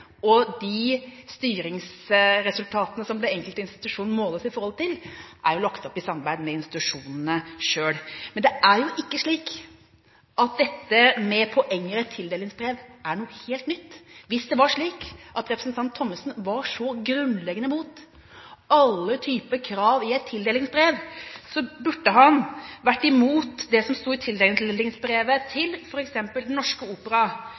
og de styringsresultatene den enkelte institusjon måles i forhold til, er lagt opp i samarbeid med institusjonene selv. Men det er ikke slik at poenget med tildelingsbrev er noe helt nytt. Hvis det var slik at representanten Thommessen var så grunnleggende imot alle typer krav i et tildelingsbrev, burde han vært imot det som sto i tildelingsbrevet til f.eks. Den Norske Opera